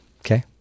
Okay